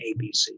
ABC